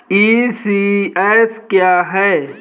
ECS क्या है?